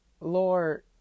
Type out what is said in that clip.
Lord